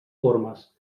formes